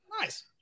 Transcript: Nice